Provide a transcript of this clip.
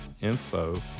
info